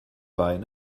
wein